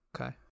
okay